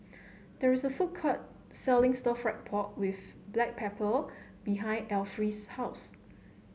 there is a food court selling stir fry pork with Black Pepper behind Alfie's house